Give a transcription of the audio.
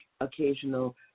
occasional